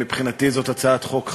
מבחינתי זו הצעת חוק חשובה,